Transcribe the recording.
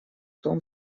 том